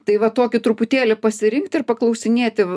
tai va tokį truputėlį pasirinkti ir paklausinėti